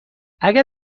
اگر